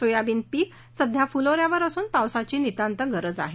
soybean पीक सध्या फुलो यावर असून पावसाची निंतात गरज आहे